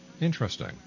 interesting